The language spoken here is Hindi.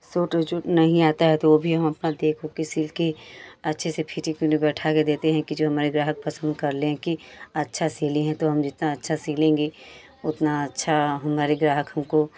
सूट ऊ जो नहीं आता है तो वो भी हम अपना देख ऊख के सिल के अच्छे से बैठा के देते हैं कि जो हमारे ग्राहक पसंद कर लें कि अच्छा सिली है तो हम जितना अच्छा सिलेंगे उतना अच्छा हमारे ग्राहक हमको